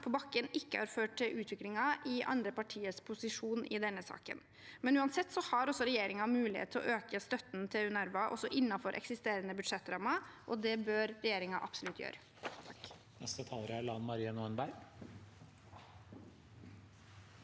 på bakken ikke har ført til utvikling i andre partiers posisjon i denne saken. Uansett har regjeringen mulighet til å øke støtten til UNRWA, også innenfor eksisterende budsjettrammer, og det bør regjeringen absolutt gjøre. Lan Marie Nguyen Berg